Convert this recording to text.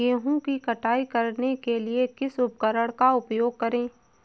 गेहूँ की कटाई करने के लिए किस उपकरण का उपयोग करें?